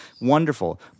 wonderful